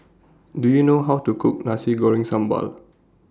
Do YOU know How to Cook Nasi Goreng Sambal